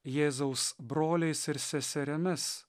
jėzaus broliais ir seserimis